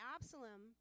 Absalom